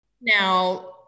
Now